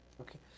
Okay